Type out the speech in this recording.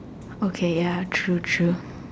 okay ya true true